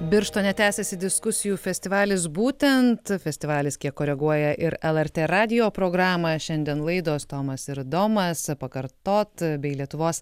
birštone tęsiasi diskusijų festivalis būtent festivalis kiek koreguoja ir lrt radijo programą šiandien laidos tomas ir domas pakartot bei lietuvos